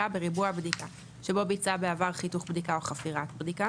בריבוע בדיקה שבו ביצעה בעבר חיתוך בדיקה או חפירת בדיקה,